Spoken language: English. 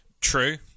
True